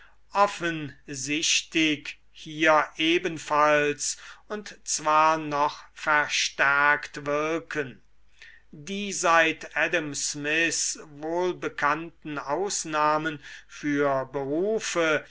sichtig hier ebenfalls und zwar noch verstärkt wirken die seit adam smith wohlbekannten ausnahmen für berufe